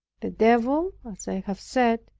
the devil, as i have said,